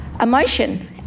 emotion